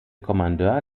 kommandeur